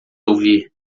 ouvir